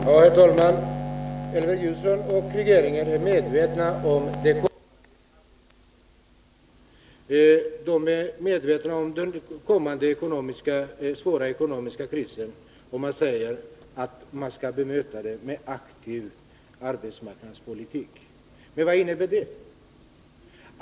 Herr talman! Elver Jonsson och regeringen är medvetna om den kommande arbetslösheten. De är medvetna om den kommande svåra ekonomiska krisen och säger att den skall mötas med aktiv arbetsmarknadspolitik. Men vad innebär det?